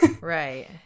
right